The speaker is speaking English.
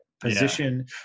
position